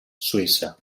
suïssa